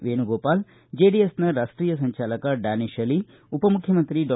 ವೇಣುಗೋಪಾಲ್ ಜೆಡಿಎಸ್ನ ರಾಷ್ಷೀಯ ಸಂಚಾಲಕ ಡ್ಲಾನಿಶ್ ಆಲಿ ಉಪ ಮುಖ್ಯಮಂತ್ರಿ ಡಾ